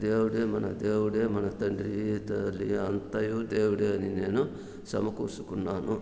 దేవుడే మన దేవుడే మన తండ్రి తల్లి అంతయు దేవుడే అని నేను సమకూర్చుకున్నాను